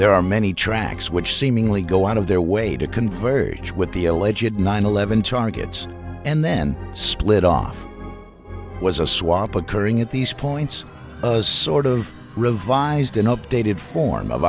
there are many tracks which seemingly go out of their way to converge with the allegedly nine eleven targets and then split off was a swap occurring at these points as sort of revised and updated for